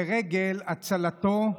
לרגל הצלתו,